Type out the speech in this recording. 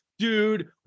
Dude